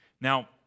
Now